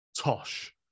tosh